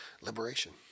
Liberation